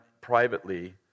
privately